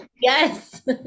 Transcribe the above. yes